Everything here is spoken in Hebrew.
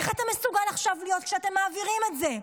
איך אתה מסוגל עכשיו להיות כשאתם מעבירים את זה?